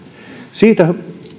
siitä